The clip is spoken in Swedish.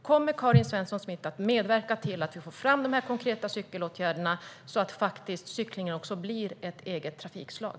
Kommer Karin Svensson Smith att medverka till att vi får fram de konkreta cykelåtgärderna så att cykling blir ett eget trafikslag?